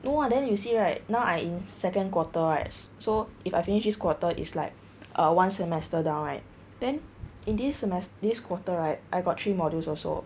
no lah then you see right now I in second quarter right so if I finish this quarter is like err one semester down right then in this semes~ this quarter right I got three modules also